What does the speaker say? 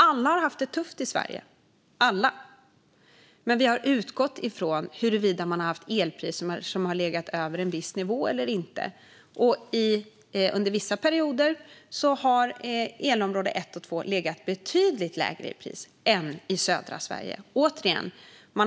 Alla har haft det tufft i Sverige. Men vi har utgått ifrån huruvida man har haft elpriser som har legat över en viss nivå eller inte. Under vissa perioder har man i elområde 1 och 2 legat betydligt lägre i pris än i södra Sverige.